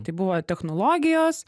tai buvo technologijos